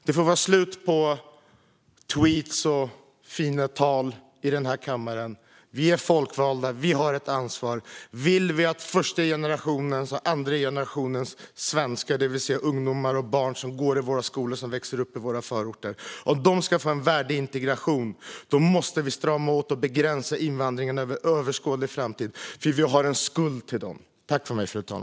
Det får vara slut på tweetar och fina tal här i kammaren. Vi är folkvalda, och vi har ett ansvar. Vill vi att första generationens och andra generationens svenskar, det vill säga ungdomar och barn som går i våra skolor och växer upp i våra förorter, ska få en värdig integration måste vi strama åt och begränsa invandringen under överskådlig framtid, för vi har en skuld till dem.